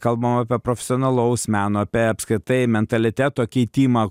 kalbam apie profesionalaus meno apie apskritai mentaliteto keitimą